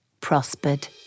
prospered